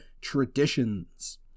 traditions